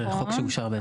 זה חוק שעושר בעצם.